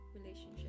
relationship